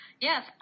Yes